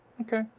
Okay